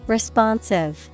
Responsive